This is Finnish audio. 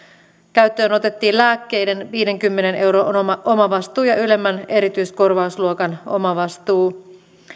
käyttöön otettiin lääkkeiden viidenkymmenen euron omavastuu ja ylemmän erityiskorvausluokan omavastuu